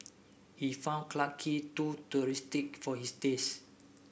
he found Clarke Quay too touristic for his taste